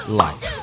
life